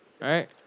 Right